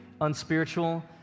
unspiritual